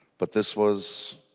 but this was